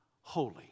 holy